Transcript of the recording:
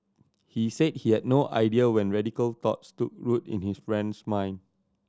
he said he had no idea when radical thoughts took root in his friend's mind